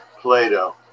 Plato